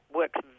works